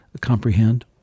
comprehend